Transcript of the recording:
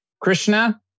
Krishna